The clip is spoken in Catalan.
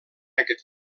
aquest